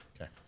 Okay